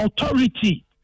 authority